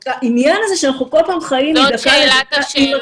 העניין הזה, שאנחנו כל פעם חיים מדקה לדקה, מטריד.